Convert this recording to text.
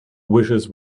wishes